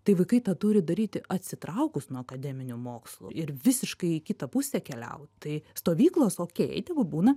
tai vaikai tą turi daryti atsitraukus nuo akademinių mokslų ir visiškai į kitą pusę keliaut tai stovyklos okei tegu būna